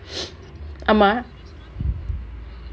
ஆமா:aamaa